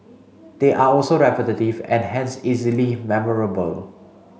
they are also repetitive and hence easily memorable